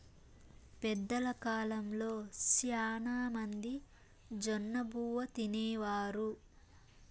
పెద్దల కాలంలో శ్యానా మంది జొన్నబువ్వ తినేవారు